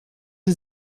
sie